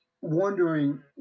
Wondering